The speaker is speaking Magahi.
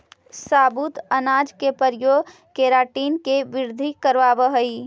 साबुत अनाज के प्रयोग केराटिन के वृद्धि करवावऽ हई